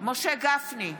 משה גפני,